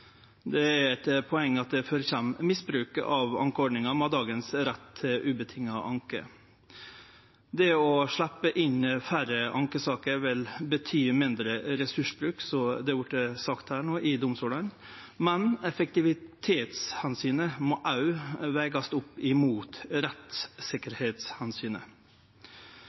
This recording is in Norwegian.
Det er eit poeng at det førekjem misbruk av ankeordninga med dagens rett til anke utan vilkår. Det å sleppe inn færre ankesaker vil bety mindre ressursbruk i domstolane, som det har vorte sagt her no, men effektivitetsomsynet må òg vegast opp mot